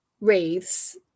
wreaths